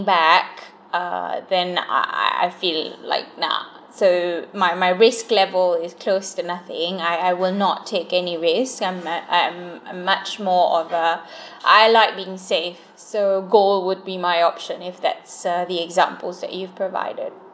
back uh then I I feel like nah so my my risk level is close to nothing I I will not take any risk I’m I’m I'm much more of a I like being safe so gold would be my option if that's the examples that you've provided